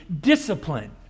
discipline